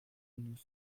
nous